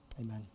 Amen